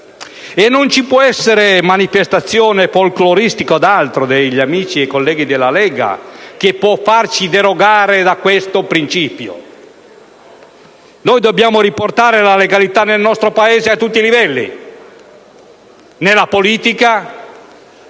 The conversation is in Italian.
non ci può essere manifestazione folcloristica o altro degli amici e colleghi della Lega che può farci derogare da questo principio. Dobbiamo riportare la legalità nel nostro Paese a tutti i livelli, nella politica,